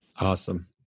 Awesome